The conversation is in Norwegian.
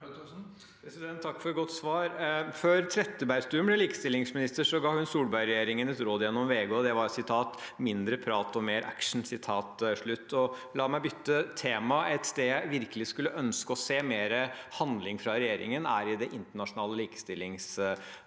Takk for et godt svar. Før Trettebergstuen ble likestillingsminister, ga hun Solberg-regjeringen et råd gjennom VG, og det var «mindre prat, mer action». La meg bytte tema. Et sted jeg virkelig skulle ønske å se mer handling fra regjeringen, er i det internasjonale likestillingsarbeidet.